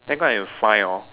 then I go and find hor